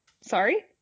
Sorry